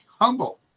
humble